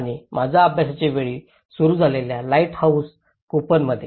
आणि माझ्या अभ्यासाच्या वेळी सुरू असलेल्या लाईटहाऊस कूपनमध्ये